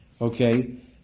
Okay